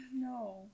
No